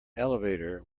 elevator